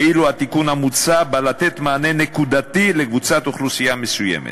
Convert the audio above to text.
ואילו התיקון המוצע בא לתת מענה נקודתי לקבוצת אוכלוסייה מסוימת.